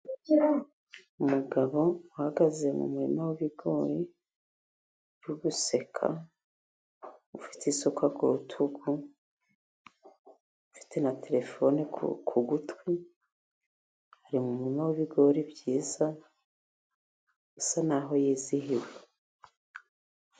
Umugabo uhagaze mu murima w'ibigori uri guseka ufite isuka ku rutugu, ufite na terefone ku gutwi ari mu murima w'ibigori byiza usa naho yizihiwe.